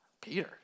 Peter